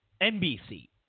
NBC